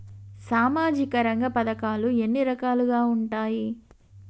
సామాజిక రంగ పథకాలు ఎన్ని రకాలుగా ఉంటాయి?